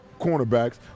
cornerbacks